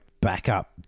backup